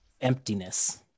emptiness